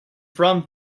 from